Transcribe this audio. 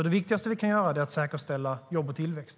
Det viktigaste vi kan göra är att säkerställa jobb och tillväxt.